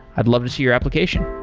i'd love to see your application